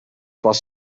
was